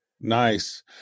Nice